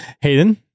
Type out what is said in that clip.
Hayden